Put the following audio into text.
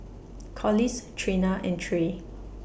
Collis Trena and Tre